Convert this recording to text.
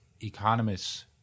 Economists